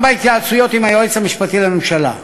גם בהתייעצויות עם היועץ המשפטי לממשלה,